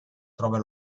trova